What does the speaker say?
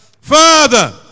father